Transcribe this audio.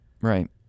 Right